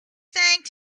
thanked